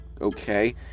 okay